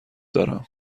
دارم